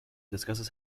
discusses